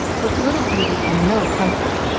with little beauty and no comfort.